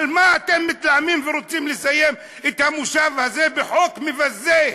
על מה אתם מתלהמים ורוצים לסיים את המושב הזה בחוק מבזה?